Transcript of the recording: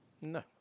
No